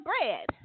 bread